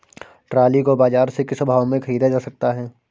Trolley को बाजार से किस भाव में ख़रीदा जा सकता है?